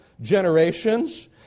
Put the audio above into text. generations